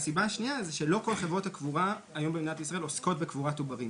הסיבה השנייה היא שלא כל חברות הקבורה עוסקות בקבורת עוברים.